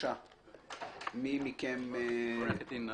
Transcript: התשע"ט 2018. כמידי יום אנחנו נקריא שיר.